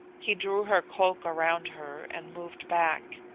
he drew her cloak around her and moved back.